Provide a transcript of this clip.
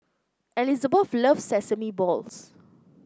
Elisabeth loves Sesame Balls